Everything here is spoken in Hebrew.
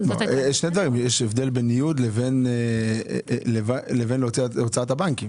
יש הבדל בין ניוד לבין הוצאת הבנקים.